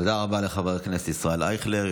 תודה רבה לחבר הכנסת ישראל אייכלר,